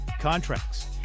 contracts